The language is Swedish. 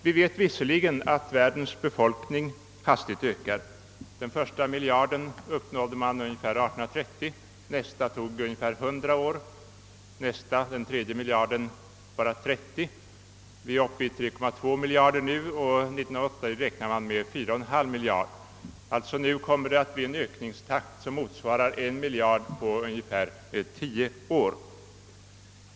Vi vet att världens befolkning hastigt ökar. Den första miljarden uppnåddes ungefär 1830, det dröjde sedan ungefär 100 år innan nästa miljard uppnåddes men endast 30 år innan den tredje miljarden kunde registreras. Vi är nu uppe i 3,2 miljarder, och 1980 räknar man med en befolkning på 4,5 miljarder. Det kommer alltså att bli en ökningstakt som motsvarar en miljard på ungefär tio år.